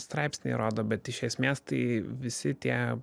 straipsniai rodo bet iš esmės tai visi tie